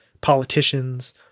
politicians